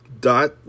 Dot